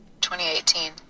2018